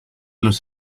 los